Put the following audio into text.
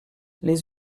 les